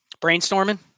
Brainstorming